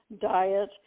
diet